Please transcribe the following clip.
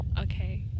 okay